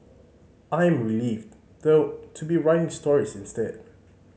I am relieved though to be writing stories instead